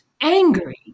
angry